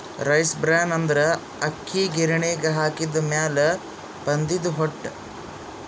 rice bran ಅಂದ್ರ ಅಕ್ಕಿ ಗಿರಿಣಿಗ್ ಹಾಕಿದ್ದ್ ಮ್ಯಾಲ್ ಬಂದಿದ್ದ್ ಹೊಟ್ಟ